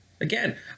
Again